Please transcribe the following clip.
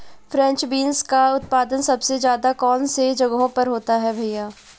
French beans का उत्पादन सबसे ज़्यादा कौन से जगहों पर होता है भैया?